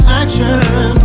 action